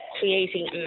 creating